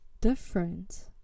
different